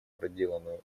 проделанную